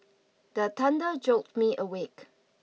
the thunder jolt me awake